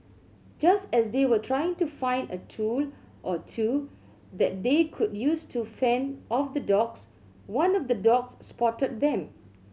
just as they were trying to find a tool or two that they could use to fend off the dogs one of the dogs spotted them